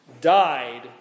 died